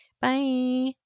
Bye